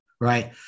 right